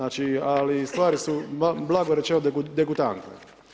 Ali stvari su, blago rečeno, degutantne.